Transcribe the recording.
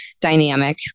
dynamic